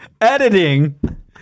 Editing